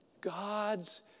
God's